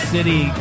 City